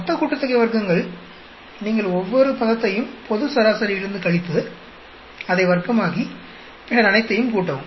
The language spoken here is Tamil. மொத்த கூட்டுத்தொகை வர்க்கங்கள் நீங்கள் ஒவ்வொரு பதத்தையும் பொது சராசரியிலிருந்து கழித்து அதை வர்க்கமாக்கி பின்னர் அனைத்தையும் கூட்டவும்